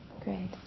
great